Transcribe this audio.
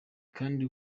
kandi